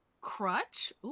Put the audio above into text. crutch